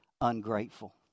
ungrateful